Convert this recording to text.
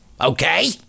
okay